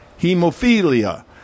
hemophilia